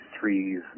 trees